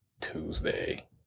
Tuesday